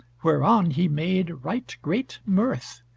whereon he made right great mirth.